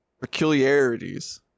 peculiarities